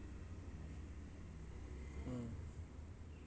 mm